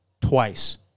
twice